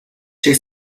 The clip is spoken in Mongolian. шиг